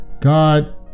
God